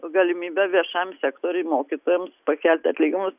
galimybę viešajam sektoriui mokytojams pakelti atlyginimus